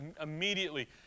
Immediately